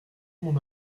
mon